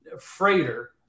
freighter